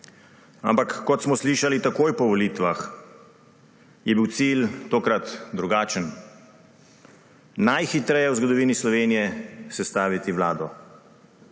Ampak kot smo slišali takoj po volitvah, je bil cilj tokrat drugačen, najhitreje v zgodovini Slovenije sestaviti vlado.